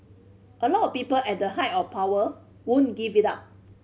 a lot of people at the height of power wouldn't give it up